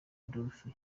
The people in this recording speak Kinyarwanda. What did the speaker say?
adolphe